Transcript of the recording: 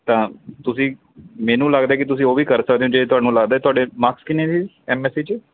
ਤਾਂ ਤੁਸੀਂ ਮੈਨੂੰ ਲੱਗਦਾ ਕਿ ਤੁਸੀਂ ਉਹ ਵੀ ਕਰ ਸਕਦੇ ਹੋ ਜੇ ਤੁਹਾਨੂੰ ਲੱਗਦਾ ਤੁਹਾਡੇ ਮਾਰਕਸ ਕਿੰਨੇ ਜੀ ਐਮ ਐਸ ਸੀ 'ਚ